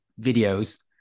videos